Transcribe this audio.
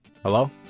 Hello